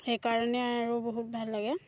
সেইকাৰণে আৰু বহুত ভাল লাগে